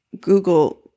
Google